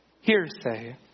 hearsay